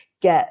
get